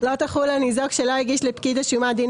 --- לא תחול על ניזוק שלא הגיש לפקיד השומה דין